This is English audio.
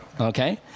Okay